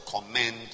commend